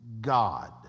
God